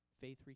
faith